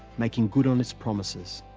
making good on its promises.